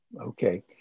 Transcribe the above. Okay